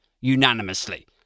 unanimously